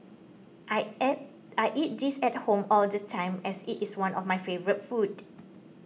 I eat this at home all the time as it is one of my favourite foods